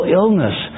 illness